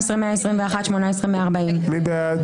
17,761 עד 17,780. מי בעד?